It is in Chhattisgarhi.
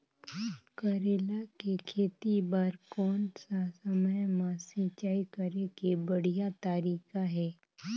करेला के खेती बार कोन सा समय मां सिंचाई करे के बढ़िया तारीक हे?